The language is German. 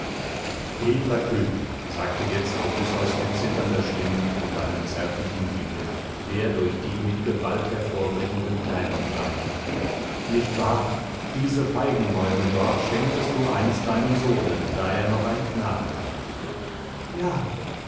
edler könig sagte jetzt odysseus mit zitternder stimme und einem zärtlichen blicke der durch die mit gewalt hervorbrechenden thränen drang nicht wahr diese feigenbäume dort schenktest du einst deinem sohne da er noch ein knabe war ja